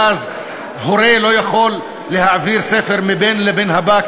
ואז הורה לא יכול להעביר ספר מבן לבן הבא,